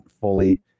fully